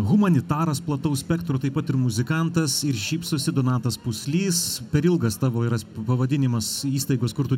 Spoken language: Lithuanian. humanitaras plataus spektro taip pat ir muzikantas ir šypsosi donatas puslys per ilgas tavo yra pavadinimas įstaigos kur tu